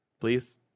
please